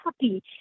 happy